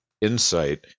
insight